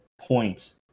points